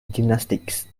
gymnastics